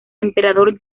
emperador